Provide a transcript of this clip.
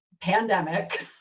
pandemic